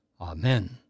Amen